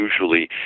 Usually